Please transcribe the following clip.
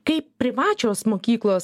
kaip privačios mokyklos